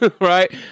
right